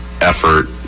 effort